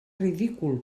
ridícul